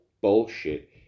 bullshit